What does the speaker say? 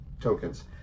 tokens